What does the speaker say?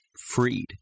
freed